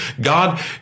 God